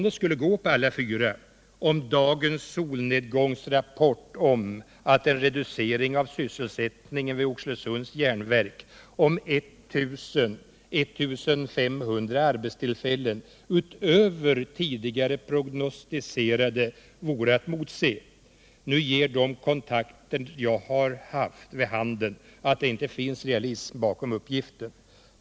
Länet skulle ”gå på alla fyra” , om dagens solnedgångsrapport om att en reducering av sysselsättningen vid Oxelösunds Järnverk med 1000-1 500 arbetstillfällen utöver tidigare prognostiserade vore att motse. Nu ger de kontakter jag har haft vid handen att det inte finns realism bakom uppgiften.